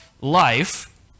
life